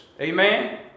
Amen